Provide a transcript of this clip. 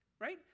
right